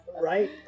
Right